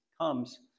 comes